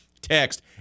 text